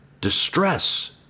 distress